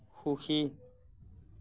সুখী